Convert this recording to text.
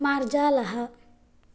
मार्जालः